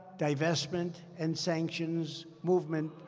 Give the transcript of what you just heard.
divestment and sanctions movement,